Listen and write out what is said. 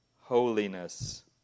holiness